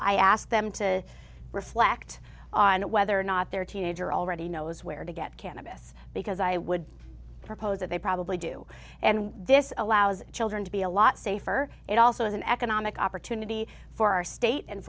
i ask them to reflect on whether or not their teenager already knows where to get cannabis because i would propose that they probably do and this allows children to be a lot safer and also as an economic opportunity for our state and